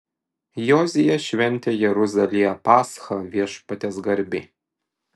jozijas šventė jeruzalėje paschą viešpaties garbei